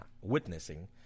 witnessing